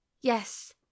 Yes